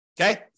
Okay